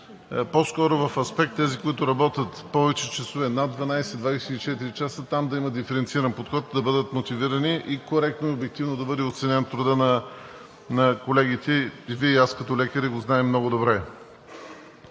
по-скоро в аспект за тези, които работят повече часове – над 12, 24 часа, там да има диференциран подход, да бъдат мотивирани и коректно и обективно да бъде оценен трудът на колегите. И Вие, и аз като лекари го знаем много добре.